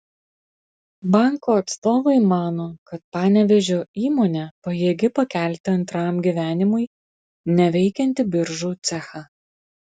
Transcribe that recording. banko atstovai mano kad panevėžio įmonė pajėgi pakelti antram gyvenimui neveikiantį biržų cechą